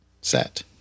set